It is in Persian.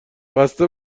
بسته